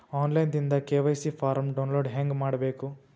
On line ದಿಂದ KYC form download ಹೇಂಗ ಮಾಡಬೇಕು?